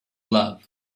love